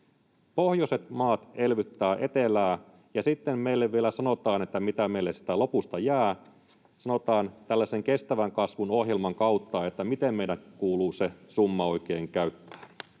Pohjoiset maat elvyttävät etelää, ja sitten meille vielä sanotaan, mitä meille siitä lopusta jää, sanotaan tällaisen kestävän kasvun ohjelman kautta, miten meidän kuuluu se summa oikein käyttää.